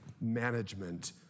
management